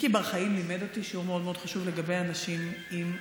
איקי בר-חיים לימד אותי שיעור מאוד חשוב לגבי אנשים עם לקויות.